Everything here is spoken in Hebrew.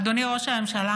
אדוני ראש הממשלה,